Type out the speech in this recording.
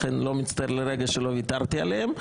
לכן אני לא מצטער לרגע שלא ויתרתי עליהם.